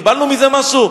קיבלנו מזה משהו?